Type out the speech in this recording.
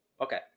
Okay